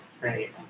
Right